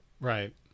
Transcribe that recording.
Right